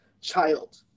child